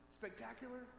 spectacular